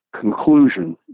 conclusion